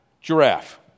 giraffe